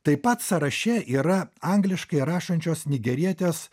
taip pat sąraše yra angliškai rašančios nigerietės